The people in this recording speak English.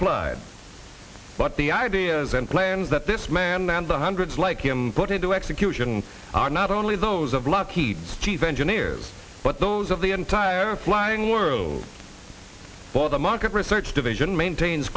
applied but the ideas and plans that this man and the hundreds like him put into execution are not only those of lockheed chief engineers but those of the entire flying room all the market research division maintains